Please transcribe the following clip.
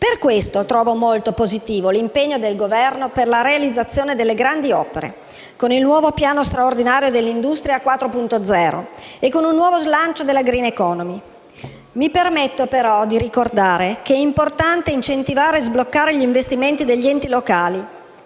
Per questo trovo molto positivo l'impegno del Governo per la realizzazione delle grandi opere, con il nuovo piano straordinario dell'industria 4.0 e con un nuovo slancio della *green economy*. Mi permetto però di ricordare che è importante incentivare e sbloccare gli investimenti degli enti locali,